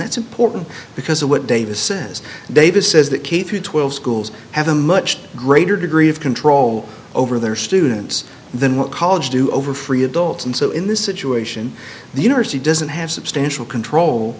that's important because of what davis says davis says that k through twelve schools have a much greater degree of control over their students than what college do over free adults and so in this situation the university doesn't have substantial control